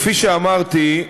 כפי שאמרתי,